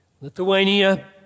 Lithuania